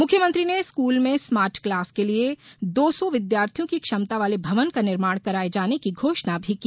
मुख्यमंत्री ने स्कूल में स्मार्ट क्लास के लिये दो सौ विद्यार्थियों की क्षमता वाले भवन का निर्माण कराये जाने की घोषणा भी की